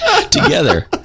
Together